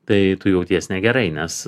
tai tu jauties negerai nes